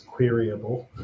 queryable